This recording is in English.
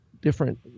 different